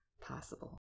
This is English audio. possible